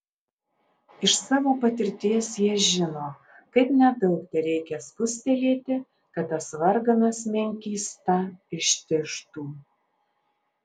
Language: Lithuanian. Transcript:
iš savo patirties jie žino kaip nedaug tereikia spustelėti kad tas varganas menkysta ištižtų